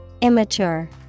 Immature